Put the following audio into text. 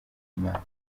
imana